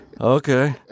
okay